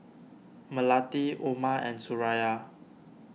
Melati Umar and Suraya